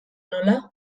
nola